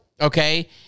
Okay